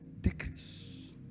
decrease